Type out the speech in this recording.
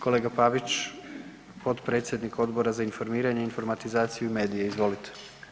Kolega Pavić, potpredsjednik Odbora za informiranje, informatizaciju i medije, izvolite.